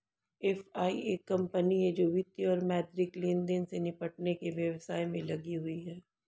FI एक company है जो वित्तीय और मौद्रिक लेनदेन से निपटने के व्यवसाय में लगी हुई है